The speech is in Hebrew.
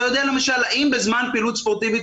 אתה יודע למשל האם בזמן פעילות ספורטיבית